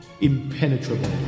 impenetrable